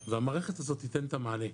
והמערכת הזאת תיתן את המענה.